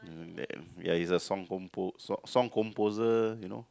mm ya he's a song compo~ song song composer you know